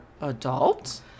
adult